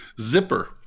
zipper